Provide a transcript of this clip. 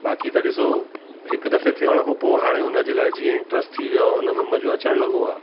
बाक़ी त ॾिसो हिकु दफ़े थियण खां पोइ हाणे उन जे लाइ जीअं इंट्रेस्ट थी वियो आहे हुन में मज़ो अचणु लॻो आहे